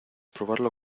probarlo